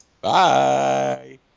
Bye